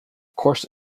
course